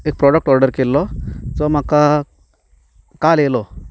एक product order केल्लो तो म्हाका काल आयलो